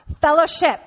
fellowship